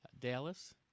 Dallas